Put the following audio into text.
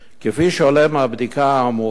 כפי שעולה מהבדיקה האמורה,